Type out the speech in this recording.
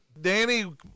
Danny